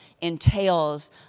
entails